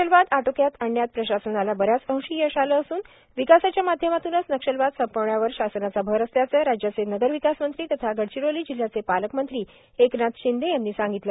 नक्षलवाद आटोक्यात आणण्यात प्रशासनाला बऱ्याच अंशी यश आले असून विकासाच्या माध्यमातूनच नक्षलवाद संपविण्यावर शासनाचा भर असल्याचे राज्याचे नगरविकास मंत्री तथा गडचिरोली जिल्ह्याचे पालकमंत्री एकनाथ शिंदे यांनी सांगितले